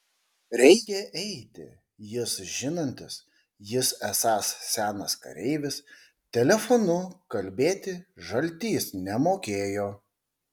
reikią eiti jis žinantis jis esąs senas kareivis telefonu kalbėti žaltys nemokėjo